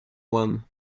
one